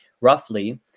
roughly